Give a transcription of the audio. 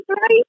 right